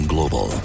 Global